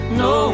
no